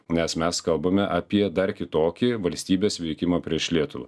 nes mes kalbame apie dar kitokį valstybės veikimą prieš lietuvą